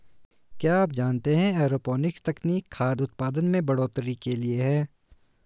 क्या आप जानते है एरोपोनिक्स तकनीक खाद्य उतपादन में बढ़ोतरी के लिए है?